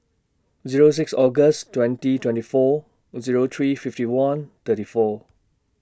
Zero six August twenty twenty four Zero three fifty one thirty four